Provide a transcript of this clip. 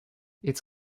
its